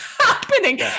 happening